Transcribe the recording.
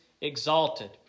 exalted